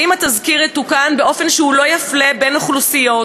שאם התזכיר יתוקן באופן שהוא לא יפלה בין אוכלוסיות